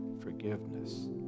forgiveness